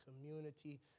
community